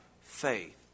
faith